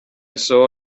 saw